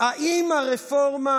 האם הרפורמה